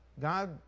God